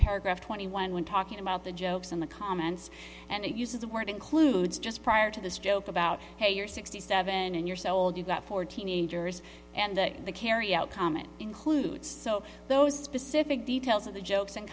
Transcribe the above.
paragraph twenty one when talking about the jokes in the comments and it uses the word includes just prior to this joke about hey you're sixty seven and yourself you've got four teenagers and the carry out comment includes so those specific details of the jokes and